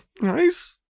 nice